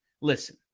listen